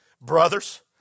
brothers